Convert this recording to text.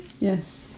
Yes